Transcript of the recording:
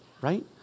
right